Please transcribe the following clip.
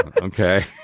okay